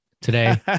today